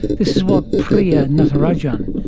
this is what priya natarajan,